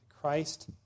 Christ